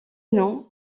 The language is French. nom